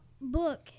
book